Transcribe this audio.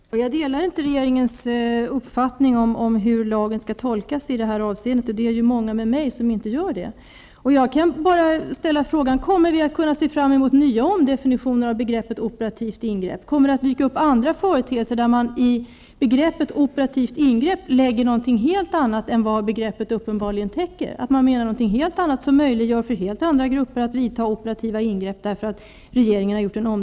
Fru talman! Jag delar inte regeringens uppfattning om hur lagen skall tolkas i det här avseendet, och det är många med mig som inte göra det. Jag vill bara ställa följande fråga: Kommer vi att kunna se fram emot nya omdefini tioner av begreppet operativt ingrepp? Kommer det att dyka upp andra före teelser där regeringen i begreppet lägger in något helt annat än vad det up penbarligen täcker, något som möjliggör för helt nya grupper att göra opera tiva ingrepp?